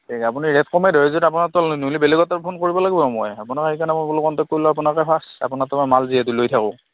এ আপুনি ৰে'ট কমাই ধৰে যদি আপোনাৰ তাতে ল'ম নহ'লে বেলেগত ফোন কৰিব লাগিব মই আপোনাৰ সেইকাৰণে মই বুলো কণ্টেক্ট কৰিলো আপোনাকে ফাৰ্ষ্ট আপোনাৰ পৰা মাল যিহেতু লৈ থাকোঁ